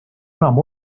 enam